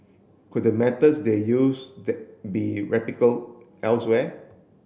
could the methods they use the be elsewhere